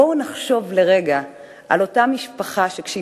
בואו נחשוב לרגע על אותה משפחה שכשהיא